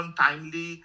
timely